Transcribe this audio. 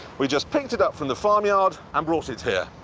we just picked it up from the farmyard and brought it here.